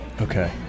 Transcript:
Okay